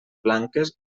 blanques